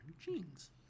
jeans